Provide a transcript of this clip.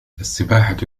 السباحة